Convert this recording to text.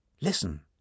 listen